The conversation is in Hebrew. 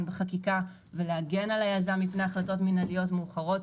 בחקיקה ולהגן על היזם מפני החלטות מינהליות מאוחרות